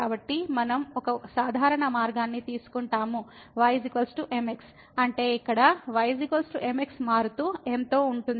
కాబట్టి మనం ఒక సాధారణ మార్గాన్ని తీసుకుంటాము y mx అంటే ఇక్కడ y mx మారుతూ m తో ఉంటుంది